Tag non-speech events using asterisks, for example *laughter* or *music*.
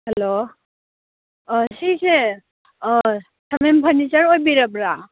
hello ꯁꯤꯁꯦ *unintelligible* furniture ꯑꯣꯏꯕꯤꯔꯕ꯭ꯔꯥ